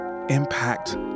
impact